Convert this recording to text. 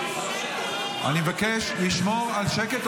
אני מבקש לשמור על שקט.